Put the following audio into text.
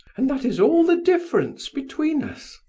and that is all the difference between us.